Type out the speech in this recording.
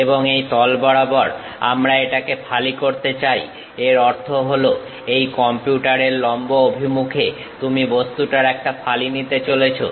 এবং এই তল বরাবর আমরা এটাকে ফালি করতে চাই এর অর্থ হলো এই কম্পিউটার এর লম্ব অভিমুখে তুমি বস্তুটার একটা ফালি নিতে চলেছো